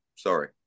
Sorry